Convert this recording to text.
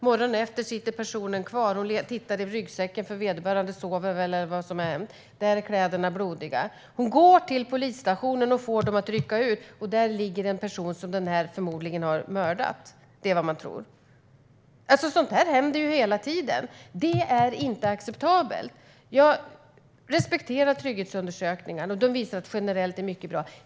Morgonen efter sitter mannen kvar. Hon tittar i ryggsäcken - vederbörande sover väl eller någonting. Där är kläderna blodiga. Hon går till polisstationen och får dem att rycka ut till en lägenhet. Där ligger en person som den här mannen förmodligen har mördat. Det är vad man tror. Sådant här händer hela tiden. Det är inte acceptabelt. Jag respekterar trygghetsundersökningar. De visar att det generellt är mycket bra.